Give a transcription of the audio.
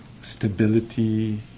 stability